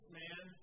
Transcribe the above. man